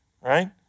right